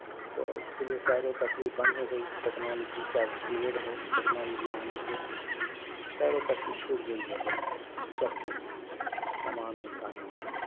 تو اس لیے سیر و تفریح بند ہو گئی ٹیکنالوجی کا پیریڈ ہے ٹیکنالوجی آنے سے سیر و تفریح چھوٹ گئی ہے بچ سب کی تمام انسانوں